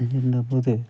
இருந்த போது